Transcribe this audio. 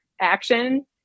action